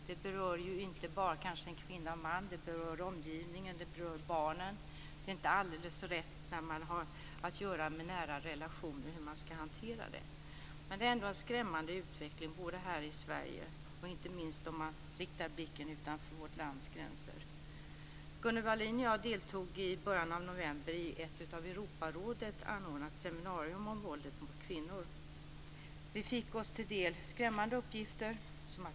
Den berör inte bara en kvinna och en man, den berör omgivningen och barnen. När man har att göra med nära relationer är det inte alldeles lätt att veta hur man ska hantera den. Det är en skrämmande utveckling på det här området här i Sverige, och inte minst om man riktar blicken utanför vårt lands gränser. Gunnel Wallin och jag deltog i början av november i ett av Europarådet anordnat seminarium om våldet mot kvinnor. Vi fick oss till del skrämmande uppgifter.